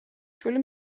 შვილი